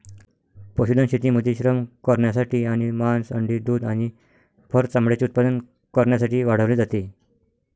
पशुधन शेतीमध्ये श्रम करण्यासाठी आणि मांस, अंडी, दूध आणि फर चामड्याचे उत्पादन करण्यासाठी वाढवले जाते